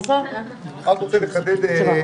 קצר לפני כן